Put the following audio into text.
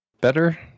better